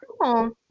cool